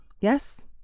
Yes